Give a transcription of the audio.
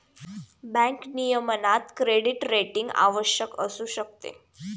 bank नियमनात credit rating आवश्यक असू शकते